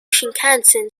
shinkansen